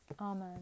Amen